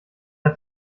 der